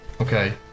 okay